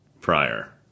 prior